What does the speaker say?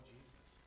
Jesus